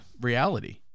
reality